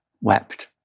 wept